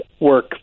work